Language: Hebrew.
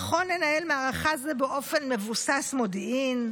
"נכון לנהל מערכה זו באופן מבוסס מודיעין,